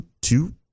two